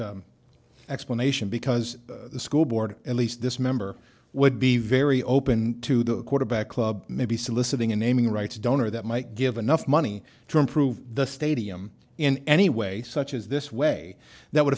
explanation because the school board at least this member would be very open to the quarterback club maybe soliciting a naming rights donor that might give enough money to improve the stadium in any way such as this way that would